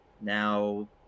Now